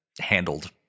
handled